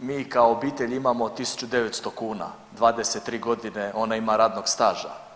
mi kao obitelj imamo 1.900 kuna, 23 godine ona ima radnog staža.